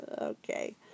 okay